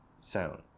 sound